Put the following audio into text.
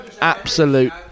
Absolute